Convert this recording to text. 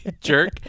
jerk